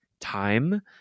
time